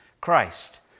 Christ